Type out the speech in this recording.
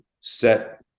set